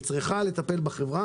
היא צריכה לטפל בחברה.